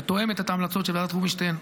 שתואמת את ההמלצות של ועדת רובינשטיין,